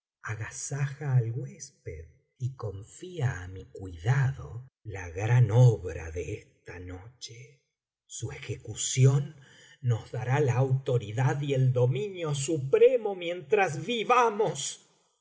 agasaja al huésped y confía á mi cuidado la gran obra de esta noche su ejecución nos dará la autoridad y el dominio supremos mientras vivamos